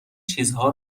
چیزها